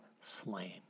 slain